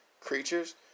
creatures